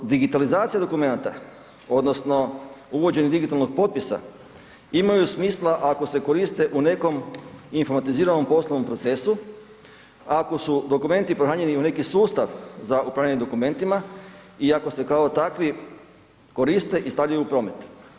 Dok digitalizacija dokumenata odnosno uvođenje digitalnog potpisa imaju smisla ako se koriste u nekom informatiziranom poslovnom procesu, ako su dokumenti pohranjeni u neki sustav za upravljanje dokumentima i ako se kao takvi koriste i stavljaju u promet.